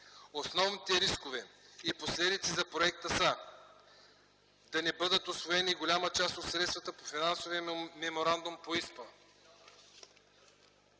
Основните рискове и последици за проекта са: да не бъдат усвоени голяма част от средствата по Финансовия меморандум по ИСПА;